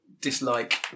dislike